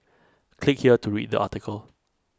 click here to read the article